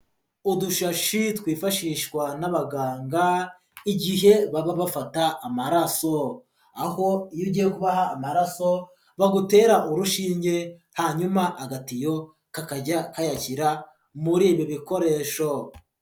Udushashi twifashishwa n'abaganga igihe baba bafata amaraso aho iyo ugiye kubaha amaraso, bagutera urushinge hanyuma agatiyo kakajya kayashyira muri ibi bikoresho.